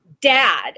dad